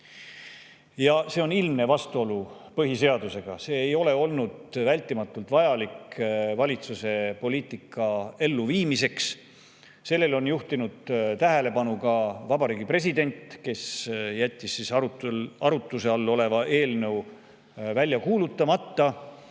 See on ilmne vastuolu põhiseadusega. See ei ole olnud vältimatult vajalik valitsuse poliitika elluviimiseks. Sellele on juhtinud tähelepanu ka Vabariigi President, kes jättis arutluse all oleva eelnõu välja kuulutamata